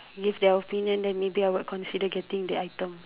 give their opinion then maybe I would consider getting the item